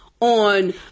on